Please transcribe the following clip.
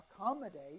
accommodate